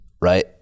Right